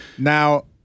Now